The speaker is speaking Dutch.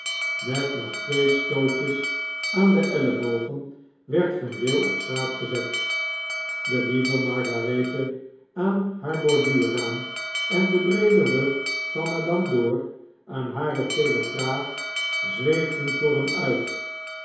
met nog twee stootjes aan de ellebogen werd vendale op straat gezet de lieve margarethe aan haar borduurraam en de breede rug van madame dor aan hare telegraaf zweefden voor hem uit